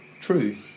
true